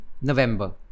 November